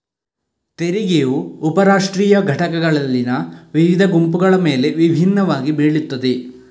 ತೆರಿಗೆಯು ಉಪ ರಾಷ್ಟ್ರೀಯ ಘಟಕಗಳಲ್ಲಿನ ವಿವಿಧ ಗುಂಪುಗಳ ಮೇಲೆ ವಿಭಿನ್ನವಾಗಿ ಬೀಳುತ್ತದೆ